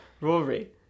rory